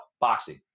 boxing